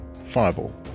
fireball